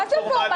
מה זה פורמלי?